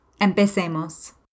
empecemos